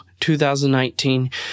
2019